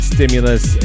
Stimulus